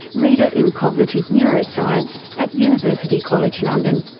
reader in cognitive neuroscience at university college london.